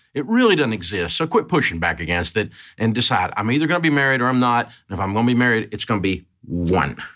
it really doesn't exist. so quit pushing back against it and decide, i'm either gonna be married or i'm not. and if i'm gonna be married, it's gonna be one.